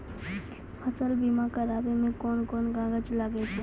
फसल बीमा कराबै मे कौन कोन कागज लागै छै?